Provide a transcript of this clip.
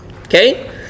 Okay